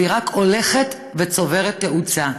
והיא רק הולכת וצוברת תאוצה?